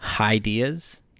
ideas